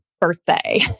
birthday